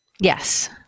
Yes